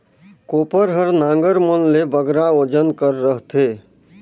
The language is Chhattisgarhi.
कोपर हर नांगर मन ले बगरा ओजन कर रहथे